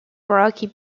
rocky